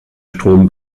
strom